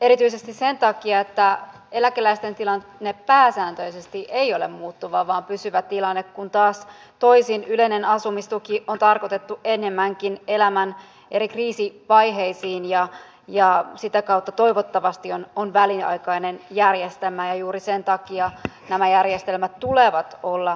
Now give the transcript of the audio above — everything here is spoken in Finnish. erityisesti sen takia että eläkeläisten tilanne pääsääntöisesti ei ole muuttuva vaan pysyvä tilanne kun taas toisin yleinen asumistuki on tarkoitettu enemmänkin elämän eri kriisivaiheisiin ja sitä kautta toivottavasti on väliaikainen järjestelmä juuri sen takia näiden järjestelmien tulee olla erilaisia